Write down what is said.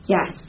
Yes